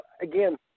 again